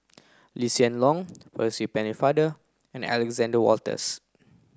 Lee Hsien Loong Percy Pennefather and Alexander Wolters